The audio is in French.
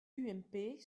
ump